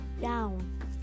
down